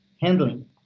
handling